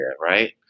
right